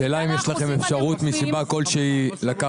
בגלל האחוזים הנמוכים --- השאלה אם יש לכם אפשרות מסיבה כלשהי לקחת